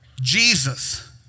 Jesus